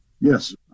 Yes